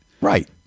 right